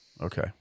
Okay